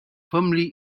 firmly